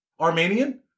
Armenian